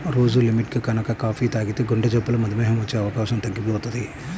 రోజూ లిమిట్గా గనక కాపీ తాగితే గుండెజబ్బులు, మధుమేహం వచ్చే అవకాశం తగ్గిపోతది